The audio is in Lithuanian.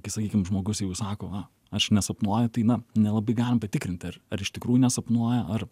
kai sakykim žmogus jau sako va aš nesapnuoju tai na nelabai galim patikrinti ar ar iš tikrųjų nesapnuoja ar